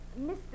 Mr